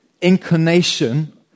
inclination